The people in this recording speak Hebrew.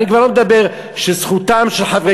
אני כבר לא מדבר על כך שזכותם של חברי